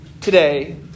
today